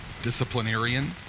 disciplinarian